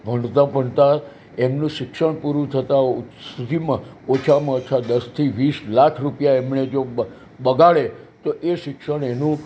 ભણતાં ભણતાં એમનું શિક્ષણ પૂરું થતાં સુધીમાં ઓછામાં ઓછાં દસથી વિસ લાખ રૂપિયા એમને જો બગાડે તો એ શિક્ષણ એનું